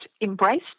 embraced